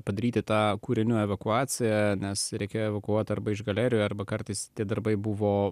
padaryti tą kūrinių evakuaciją nes reikėjo evakuoti arba iš galerijų arba kartais tie darbai buvo